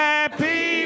Happy